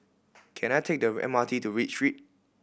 can I take the M R T to Read Street